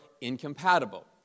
incompatible